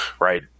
right